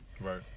Right